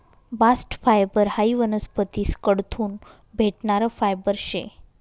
bast fibre हायी वनस्पतीस कडथून भेटणारं फायबर शे